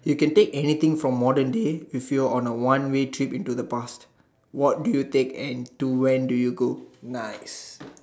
you can take anything from modern day with you on a one way trip into the past what do you take and to when do you go nice